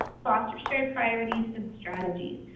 foster shared priorities, and strategies.